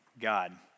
God